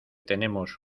tenemos